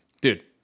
Dude